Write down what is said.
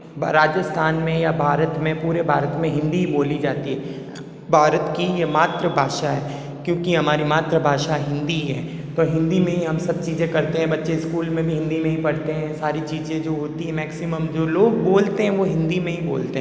राजस्थान में या भारत में पूरे भारत में हिंदी ही बोली जाती है भारत की ये मात्रभाषा है क्योंकि हमारी मातृभाषा हिंदी ही है पर हिंदी में ही हम सब चीज़ें करते हैं बच्चे स्कूल में भी हिंदी में ही पढ़ते हैं सारी चीज़ें जो होती है मैक्सिमम जो लोग बोलते हैं वो हिंदी में ही बोलते हैं